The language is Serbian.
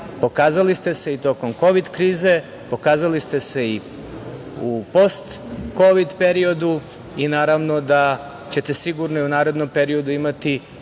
Pokazali ste se i tokom Kovid krize, pokazali ste se i u postkovid periodu i naravno da ćete i u narednom periodu imati